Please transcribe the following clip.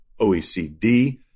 OECD